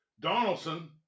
Donaldson